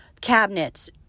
cabinets